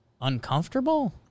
uncomfortable